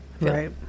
Right